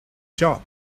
job